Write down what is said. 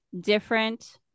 different